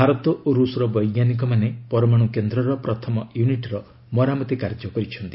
ଭାରତ ଓ ରୂଷର ବୈଜ୍ଞାନିକମାନେ ପରମାଣୁ କେନ୍ଦ୍ରର ପ୍ରଥମ ୟୁନିଟ୍ର ମରାମତି କାର୍ଯ୍ୟ କରିଛନ୍ତି